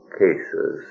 cases